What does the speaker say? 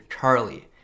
charlie